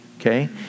okay